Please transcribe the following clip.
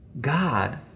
God